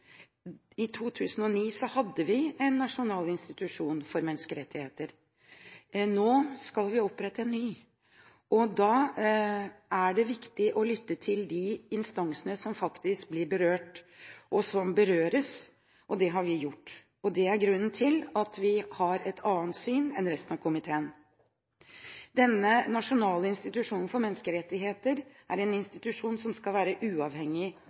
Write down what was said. I 2009 hadde vi en nasjonal institusjon for menneskerettigheter. Her ligger endringen – det kan jeg opplyse saksordføreren om. Nå skal vi opprette en ny. Da er det viktig å lytte til de instansene som faktisk blir berørt og som berøres, og det har vi gjort. Det er grunnen til at vi har et annet syn enn resten av komiteen. Denne nasjonale institusjonen for menneskerettigheter er en institusjon som skal være uavhengig